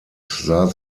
sah